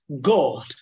God